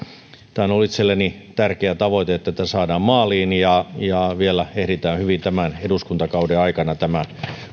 ollut itselleni tärkeä tavoite että tämä saadaan maaliin ja ja vielä ehditään hyvin tämän eduskuntakauden aikana tämä